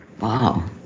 Wow